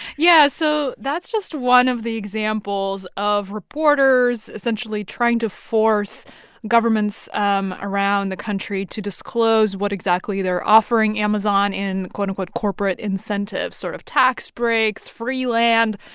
yeah. so that's just one of the examples of reporters essentially trying to force governments um around the country to disclose what exactly they're offering amazon in, quote, unquote, corporate incentives sort of tax breaks, free land.